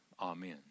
amen